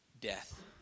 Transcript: death